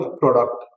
product